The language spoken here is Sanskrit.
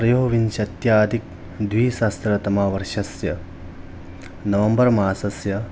त्रयोविंशत्यधिक द्विसहस्रतमवर्षस्य नवम्बर् मासस्य